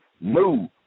move